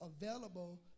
available